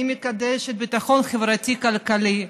אני מקדשת ביטחון חברתי-כלכלי,